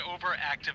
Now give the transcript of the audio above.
overactive